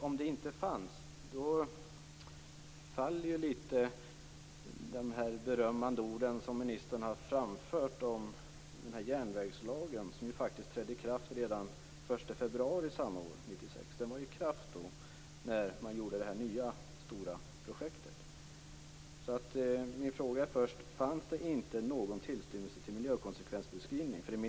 Om det inte fanns någon sådan faller de berömmande ord som ministern har framfört om järnvägslagen, som faktiskt trädde i kraft redan den 1 februari samma år - 1996. Den var i kraft när det nya stora projektet kom till. Fanns det ingen tillstymmelse till miljökonsekvensbeskrivning?